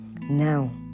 Now